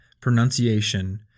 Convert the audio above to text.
pronunciation